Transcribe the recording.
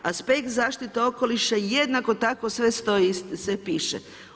Aspekt zaštite okoliša jednako tako sve stoji, sve piše.